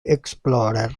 explorer